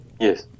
Yes